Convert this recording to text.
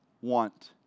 want